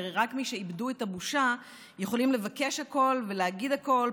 כי הרי רק מי שאיבדו את הבושה יכולים לבקש הכול ולהגיד הכול,